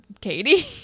Katie